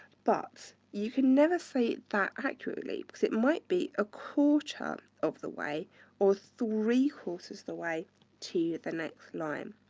but you can never say it that accurately because it might be a quarter of the way or three quarters of the way to the next line.